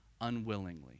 unwillingly